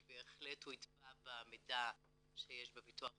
כי בהחלט הוא יטבע במידע שיש בביטוח הלאומי.